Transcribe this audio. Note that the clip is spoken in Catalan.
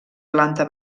planta